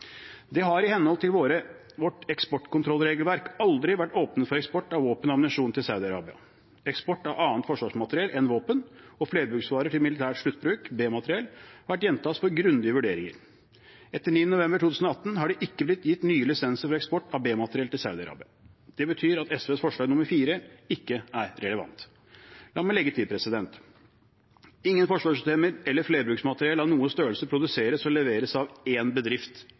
Det har i henhold til vårt eksportkontrollregelverk aldri vært åpnet for eksport av våpen og ammunisjon til Saudi-Arabia. Eksport av annet forsvarsmateriell enn våpen og flerbruksvarer til militær sluttbruk, B-materiell, har vært gjenstand for grundige vurderinger. Etter 9. november 2018 har det ikke blitt gitt nye lisenser for eksport av B-materiell til Saudi-Arabia. Det betyr at forslag nr. 5, fra SV, ikke er relevant. La meg legge til: Ingen forsvarssystemer eller flerbruksmateriell av noe størrelse produseres og leveres av én bedrift